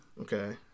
Okay